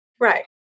Right